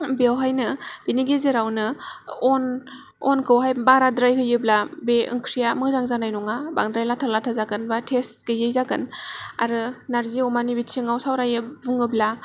बेवहायनो बेनि गेजेरावनो अन अनखौहाय बाराद्राय होयोब्ला बे ओंख्रिया मोजां जानाय नङा बांद्राय लाथा लाथा जागोन बा टेस्ट गैयै जागोन आरो नारजि अमानि बिथिङाव बुङोब्ला